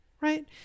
right